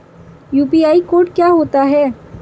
UPI code क्या होता है?